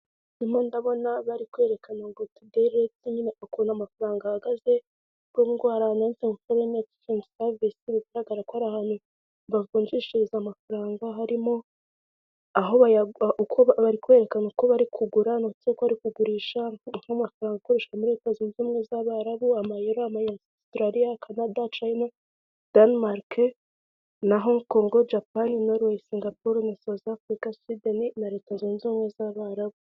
Ndimo ndabona bari kwerekana ngo tudeyi reti nyine ukuntu amafaranga ahagaze ku ndwaraot colnetgen stavest bigaragara ko ari ahantu bavunjishereza amafaranga harimo aho bari kwerekana ko bari kugura ndetsekekwa ari kugurishaamafaranga akoreshwa muri leta zunze ubumwe z'abarabu amayero yasitralia cdacayo danemarke na hog kongod japaoroi singapoure na south africa sden na leta zunze ubumwe z'abarabu.